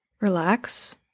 relax